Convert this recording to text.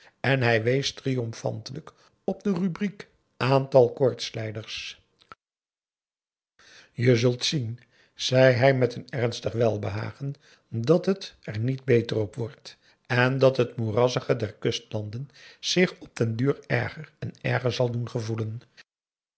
en hij wees triomphantelijk op de rubriek aantal koortslijders je zult zien zei hij met ernstig welbehagen dat het er niet beter op wordt en dat het moerassige der kustlanden zich op den duur erger en erger zal doen gevoelen